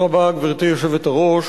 גברתי היושבת-ראש,